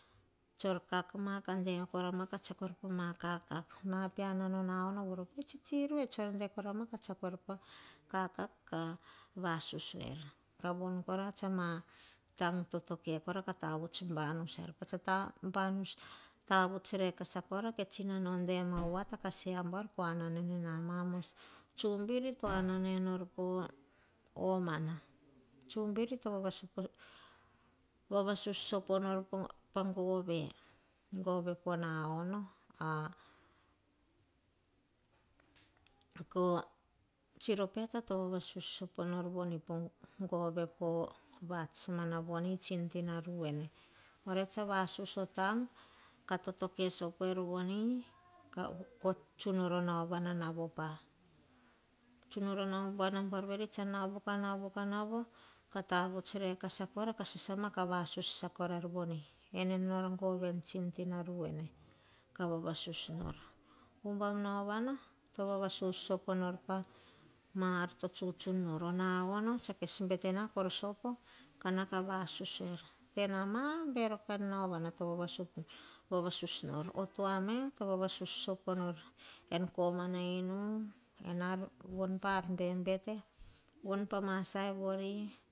Kak ma kah dema, kah tseako er pah kakak ma peana on vor pe tsitsiroe de korama kah tsiakora a kakak ka va sus er. Kavon kara tsah ma tang totoke kah tavuts banusa er. Pah tsah banusa tavut rekasa kora. Ke tsinano sese na boar poh voa sita. Ko anan eni, mamos tsubiri to top koh tsioropeta to vavasus sopo nor poh gove poh vats.